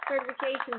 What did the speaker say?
Certification